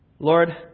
Lord